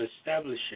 establishing